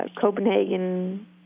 Copenhagen